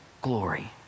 glory